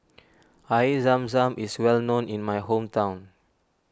Air Zam Zam is well known in my hometown